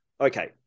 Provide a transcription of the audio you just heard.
okay